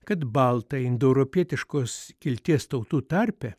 kad baltai indoeuropietiškos kilties tautų tarpe